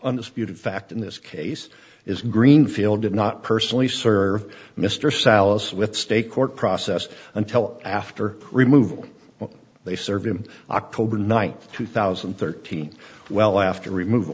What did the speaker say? undisputed fact in this case is greenfield did not personally serve mr salicylate state court process until after removal they served him october ninth two thousand and thirteen well after remov